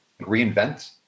reinvent